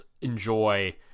enjoy